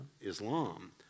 Islam